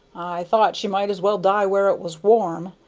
thought she might as well die where it was warm.